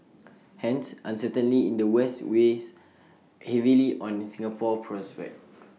hence uncertainly in the west weighs heavily on Singapore's prospects